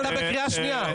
אתה בקריאה שנייה.